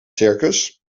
circus